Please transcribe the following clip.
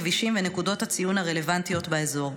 הכבישים ונקודות הציון הרלוונטיות באזור.